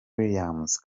williams